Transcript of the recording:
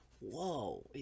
whoa